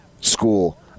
school